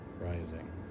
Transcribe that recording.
rising